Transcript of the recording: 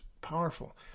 powerful